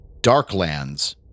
Darklands